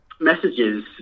messages